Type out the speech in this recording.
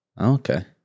Okay